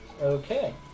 Okay